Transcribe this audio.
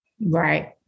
Right